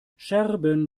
scherben